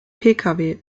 pkw